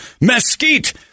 mesquite